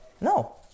No